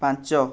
ପାଞ୍ଚ